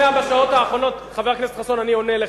בשעות האחרונות, חבר הכנסת חסון, אני עונה לך.